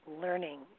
learning